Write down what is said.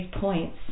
points